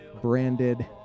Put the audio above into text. branded